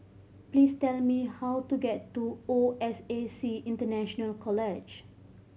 please tell me how to get to O S A C International College